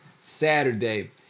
Saturday